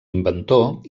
inventor